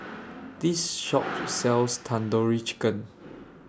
This Shop sells Tandoori Chicken